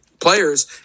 players